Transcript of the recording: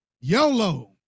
yolo